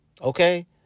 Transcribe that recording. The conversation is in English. Okay